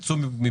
מצד שני,